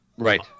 right